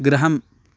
गृहम्